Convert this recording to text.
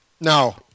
No